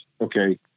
okay